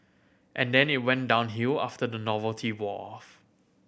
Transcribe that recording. and then it went downhill after the novelty wore off